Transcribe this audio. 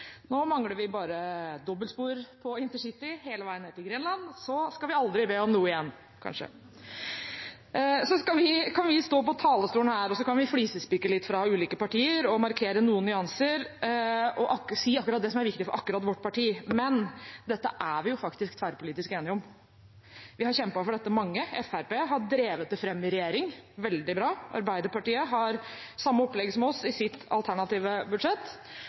Nå mangler vi bare dobbeltspor på intercity hele veien ned til Grenland, og så skal vi aldri be om noe igjen – kanskje. Så kan vi stå på denne talerstolen og flisespikke litt fra ulike partier og markere noen nyanser og si akkurat det som er viktig for akkurat vårt parti, men dette er vi jo faktisk tverrpolitisk enige om. Vi er mange som har kjempet for dette. Fremskrittspartiet har drevet det fram i regjering, noe som er veldig bra. Arbeiderpartiet har samme opplegg som oss i sitt alternative budsjett,